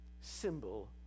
symbol